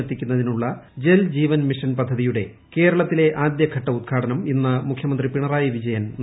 മെത്തിക്കുന്നതിനുളള Jal Jeevan mission പദ്ധതിയുടെ കേരളത്തിലെ ആദ്യ ഘട്ട ഉദ്ഘാടനം ഇന്ന് മുഖ്യമന്ത്രി പിണറായി വിജയൻ നിർവഹിക്കും